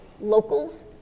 locals